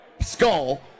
skull